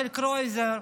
של קרויזר,